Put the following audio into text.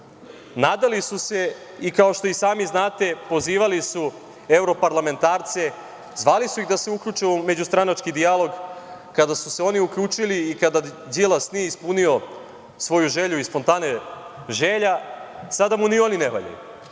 Nadali su se, i kao što sami znate pozivali su evro parlamentarce, zvali su ih da se uključe u međustranački dijalog. Kada su se oni uključili i kada Đilas nije ispunio svoju želju iz fontane želja, sada mu ni oni ne valjaju. Valjda